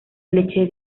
leche